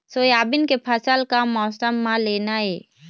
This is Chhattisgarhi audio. सोयाबीन के फसल का मौसम म लेना ये?